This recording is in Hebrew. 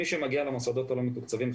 מי שמגיע למוסדות הלא מתוקצבים,